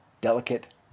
delicate